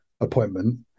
appointment